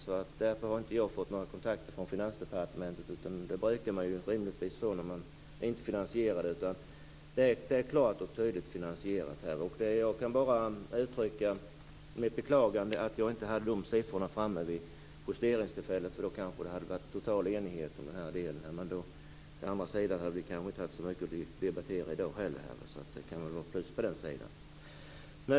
Jag har därför inte fått några kontakter från Finansdepartementet, vilket man rimligtvis får när kostnader inte är finansierade. Jag kan bara uttrycka mitt beklagande över att jag inte hade fått fram dessa siffror vid justeringstillfället, för då kanske det hade varit total enighet om denna del. A andra sidan hade vi kanske inte haft så mycket att debattera i dag, så det kan ju vara ett plus i det avseendet.